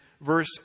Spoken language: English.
verse